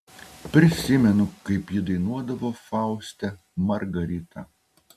prisimenu kaip ji dainuodavo fauste margaritą